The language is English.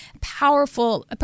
powerful